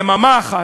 יממה אחת,